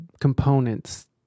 components